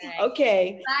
Okay